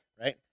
Right